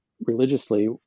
religiously